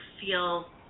feel